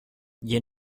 you